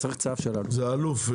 זה האלוף,